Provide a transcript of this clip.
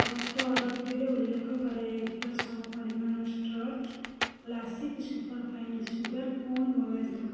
ଗତ ଅର୍ଡ଼ର୍ଟିରେ ଉଲ୍ଲେଖ କରାଯାଇଥିବା ସମ ପରିମାଣର ଟ୍ରଷ୍ଟ୍ କ୍ଲାସିକ୍ ସୁପର୍ଫାଇନ୍ ସୁଗାର୍ ପୁଣି ମଗାନ୍ତୁ